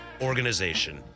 organization